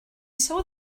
saw